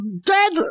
dead